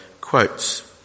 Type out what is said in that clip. quotes